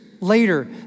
later